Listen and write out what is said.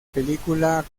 película